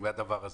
מהדבר הזה.